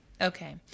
Okay